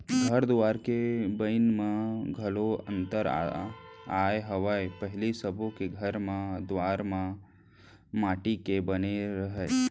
घर दुवार के बनई म घलौ अंतर आय हवय पहिली सबो के घर दुवार मन माटी के बने रहय